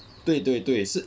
对对对是